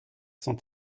sont